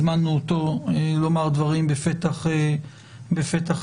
הזמנו אותו לומר דברים בפתח הישיבה.